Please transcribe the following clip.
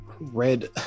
red